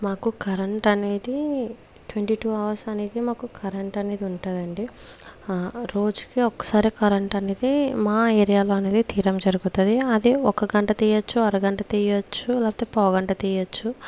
మాకు కరెంట్ అనేది twenty two hours అనేది మాకు కరెంట్ అనేది ఉంటుందండి రోజుకి ఒకసారే కరెంట్ అనేది మా ఏరియాలో అనేది తీయడం జరుగుతుంది అది ఒక గంట తీయొచ్చు అరగంట తీయొచ్చు లేకపోతే పావుగంట తీయొచ్చు